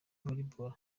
volleyball